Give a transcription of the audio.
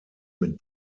mit